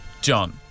John